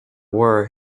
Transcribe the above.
were